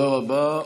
רבה.